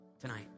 tonight